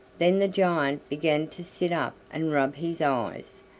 then the giant began to sit up and rub his eyes,